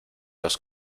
los